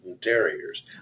Terriers